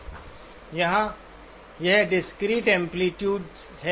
यहाँ यह discrete amplitudes है